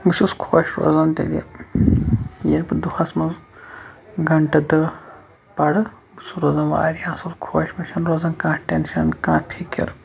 بہٕ چھُس خۄش روزان تیٚلہِ ییٚلہِ بہٕ دۄہَس منٛز گَنٹہٕ تہٕ پَرٕ بہٕ چھُس روزان واریاہ اَصٕل خۄش مےٚ چھےٚ نہ روزان کانٛہہ ٹیٚنٛشن کانٛہہ فِکِر